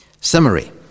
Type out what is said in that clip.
Summary